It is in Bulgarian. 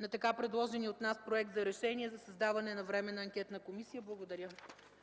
на така предложения от нас Проект за решение за създаване на Временна анкетна комисия. Благодаря.